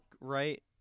right